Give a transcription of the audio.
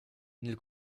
nel